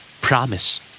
Promise